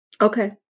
Okay